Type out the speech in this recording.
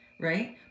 right